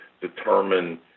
determine